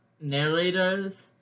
narrators